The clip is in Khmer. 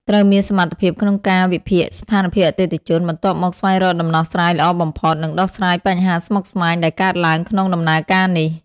ត្រូវមានសមត្ថភាពក្នុងកាវិភាគស្ថានភាពអតិថិជន បន្ទាប់មកស្វែងរកដំណោះស្រាយល្អបំផុត និងដោះស្រាយបញ្ហាស្មុគស្មាញដែលកើតឡើងក្នុងដំណើរការនេះ។